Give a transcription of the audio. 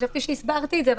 חשבתי שהסברתי את זה,